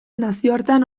nazioartean